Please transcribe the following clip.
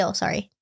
sorry